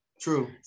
True